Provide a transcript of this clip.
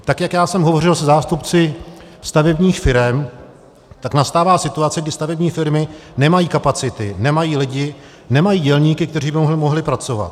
Tak jak já jsem hovořil se zástupci stavebních firem, tak nastává situace, kdy stavební firmy nemají kapacity, nemají lidi, nemají dělníky, kteří by mohli pracovat.